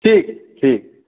ठीक छै ठीक